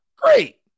great